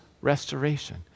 restoration